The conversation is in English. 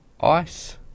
Ice